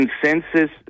consensus